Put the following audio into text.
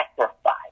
sacrifice